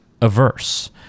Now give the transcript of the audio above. averse